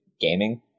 gaming